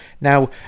Now